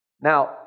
Now